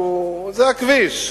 זה הכביש,